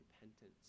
repentance